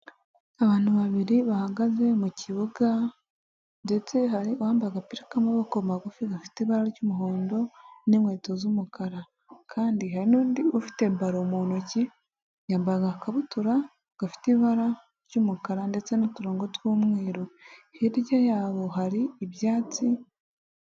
Abantu babiri bahagaze mu kibuga ndetse hari uwambaye agapira k'amaboko magufi gafite ibara ry'umuhondo n'inkweto z'umukara kandi hari n'undi ufite baro mu ntoki, yambaye agakabutura gafite ibara ry'umukara ndetse n'uturongo tw'umweru, hirya yabo hari ibyatsi.